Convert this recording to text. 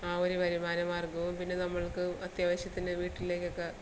ആ ഒരു വരുമാന മാർഗ്ഗവും പിന്നെ നമ്മൾക്ക് അത്യാവശ്യത്തിന് വീട്ടിലേക്കൊക്കെ